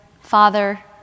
father